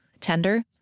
tender